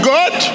God